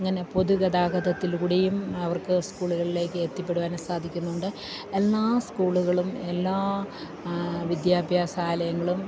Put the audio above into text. അങ്ങനെ പൊതു ഗതാഗതത്തിലൂടെയും അവർക്ക് സ്കൂളുകളിലേക്ക് എത്തിപ്പെടുവാന് സാധിക്കുന്നുണ്ട് എല്ലാ സ്കൂളുകളും എല്ലാ വിദ്യാഭ്യാസാലയങ്ങളും